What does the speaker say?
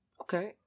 Okay